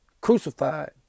crucified